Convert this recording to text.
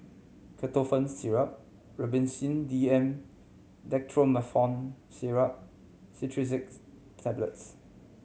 Ketotifen Syrup Robitussin D M Dextromethorphan Syrup Tablets